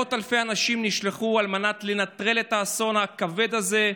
מאות אלפי אנשים נשלחו לנטרל את האסון הכבד הזה,